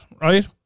right